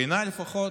בעיניי לפחות,